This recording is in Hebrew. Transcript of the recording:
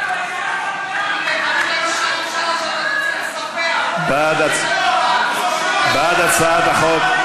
הסיפוח, לספח, בעד הצעת החוק,